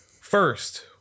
first